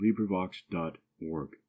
librivox.org